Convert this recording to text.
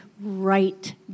right